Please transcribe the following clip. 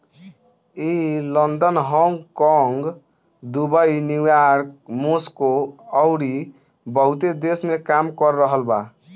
ई London, Hong Kong, Dubai, New York, Moscow अउरी बहुते देश में काम कर रहल बा